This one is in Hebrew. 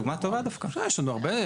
יש לנו הרבה.